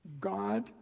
God